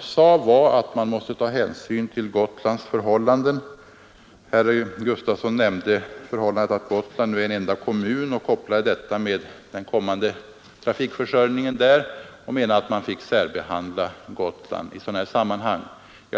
sade att man måste ta hänsyn till Gotlands förhållanden. Herr Gustafson nämnde att Gotland nu är en enda kommun och kopplade ihop den omständigheten med den kommande trafikförsörjningen där. Han menade att man måste särbehandla Gotland i sådana här sammanhang.